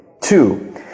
two